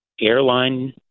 airline